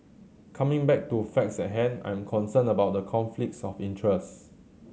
coming back to facts at hand I am concerned about the conflicts of interest